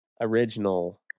original